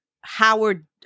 Howard